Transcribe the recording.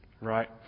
right